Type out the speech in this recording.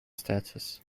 status